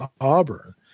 Auburn